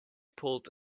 pulled